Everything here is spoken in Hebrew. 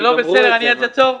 עצור.